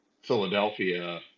Philadelphia